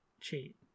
cheat